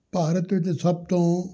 ਭਾਰਤ ਵਿੱਚ ਸਭ ਤੋਂ